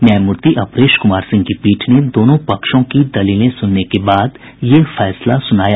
न्यायमूर्ति अपरेश कुमार सिंह की पीठ ने दोनों पक्षों की दलीलें सुनने के बाद यह फैसला सुनाया